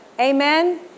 Amen